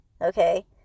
okay